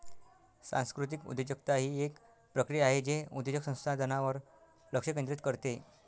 सांस्कृतिक उद्योजकता ही एक प्रक्रिया आहे जे उद्योजक संसाधनांवर लक्ष केंद्रित करते